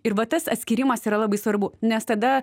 ir va tas atskyrimas yra labai svarbu nes tada